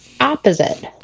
opposite